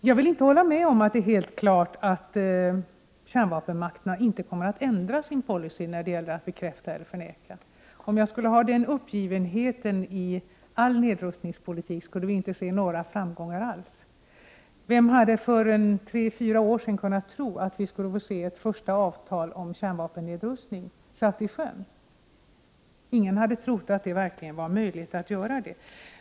Jag kan inte hålla med om att det är helt klart att kärnvapenmakterna inte kommer att ändra sin policy när det gäller att bekräfta eller förneka vad som finns ombord på fartygen. Om jag kände den uppgivenheten i nedrustningspolitiken över huvud taget, skulle vi inte se några framgångar alls. Vem hade för tre fyra år sedan kunnat tro att vi skulle få se ett första avtal om kärnvapennedrustning satt i sjön? Ingen har trott att någonting sådant verkligen var möjligt.